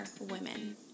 women